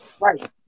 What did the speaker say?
Right